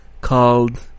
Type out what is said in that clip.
called